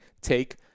take